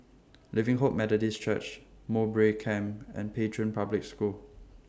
Living Hope Methodist Church Mowbray Camp and Pei Chun Public School